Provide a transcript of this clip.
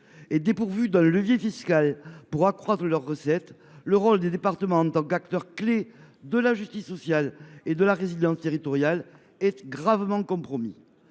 et dépourvus d’un levier fiscal pour accroître leurs recettes, les départements, acteurs clés de la justice sociale et de la résilience territoriale, voient leur rôle gravement compromis.